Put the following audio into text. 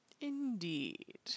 Indeed